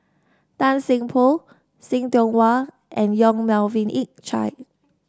Tan Seng Poh See Tiong Wah and Yong Melvin Yik Chye